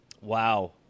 Wow